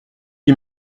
les